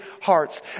hearts